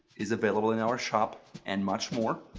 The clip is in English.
is available in our shop and much more.